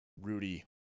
Rudy